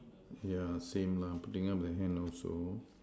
yeah same lah putting up the hand also